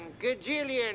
gajillion